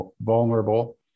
vulnerable